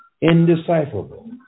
indecipherable